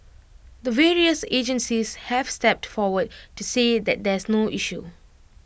the various agencies have stepped forward to say that there's no issue